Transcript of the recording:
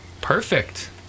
Perfect